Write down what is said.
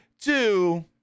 two